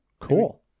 Cool